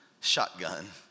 Shotgun